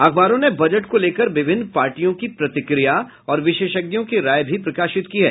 अखबारों ने बजट को लेकर विभिन्न पार्टियों की प्रतिक्रिया और विशेषज्ञों की राय भी प्रकाशित की है